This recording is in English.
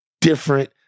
different